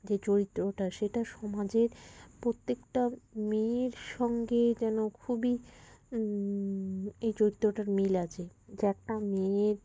যে চরিত্রটা সেটা সমাজের প্রত্যেকটা মেয়ের সঙ্গে যেন খুবই এই চরিত্রটার মিল আছে যে একটা মেয়ের